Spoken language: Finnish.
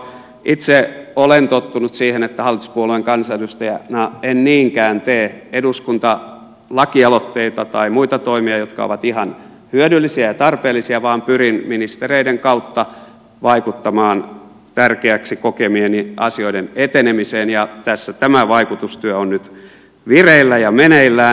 itse olen tottunut siihen että hallituspuolueen kansanedustajana en niinkään tee lakialoitteita tai muita toimia jotka ovat ihan hyödyllisiä ja tarpeellisia vaan pyrin ministereiden kautta vaikuttamaan tärkeäksi kokemieni asioiden etenemiseen ja tässä tämä vaikutustyö on nyt vireillä ja meneillään